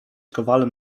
kowalem